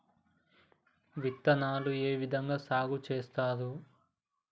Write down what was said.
విత్తనాలు ఏ విధంగా సాగు చేస్తారు?